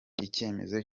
icyemezo